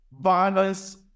violence